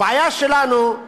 הבעיה שלנו היא